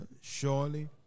Surely